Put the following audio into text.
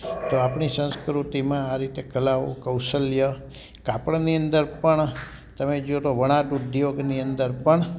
તો આપણી સંસ્કૃતિમાં આ રીતે કલાઓ કૌશલ્ય કાપડની અંદર પણ તમે જોવો તો વણાટ ઉદ્યોગની અંદર પણ